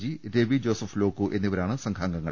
G Ravi Joseph Lokku എന്നിവരാണ് സംഘാംഗങ്ങൾ